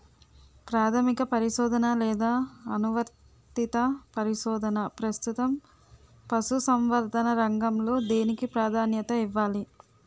ప్రాథమిక పరిశోధన లేదా అనువర్తిత పరిశోధన? ప్రస్తుతం పశుసంవర్ధక రంగంలో దేనికి ప్రాధాన్యత ఇవ్వాలి?